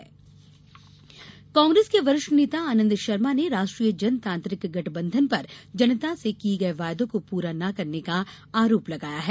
कांग्रेस चुनाव अभियान कांग्रेस के वरिष्ठ नेता आनंद शर्मा ने राष्ट्रीय जनतांत्रिक गठबंधन पर जनता से किए वायदों को पूरा न करने का आरोप लगाया है